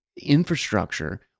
infrastructure